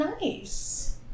Nice